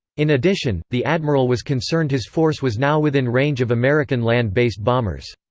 in addition, the admiral was concerned his force was now within range of american land-based bombers.